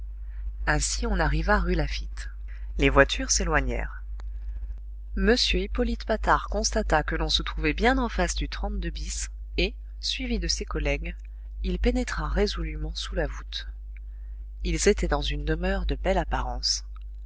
ainsi on arriva rue laffitte les voitures s'éloignèrent m hippolyte patard constata que l'on se trouvait bien en face du bis et suivi de ses collègues il pénétra résolument sous la voûte ils étaient dans une demeure de belle apparence